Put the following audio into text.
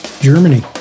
Germany